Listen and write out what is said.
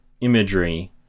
imagery